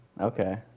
Okay